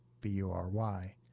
B-U-R-Y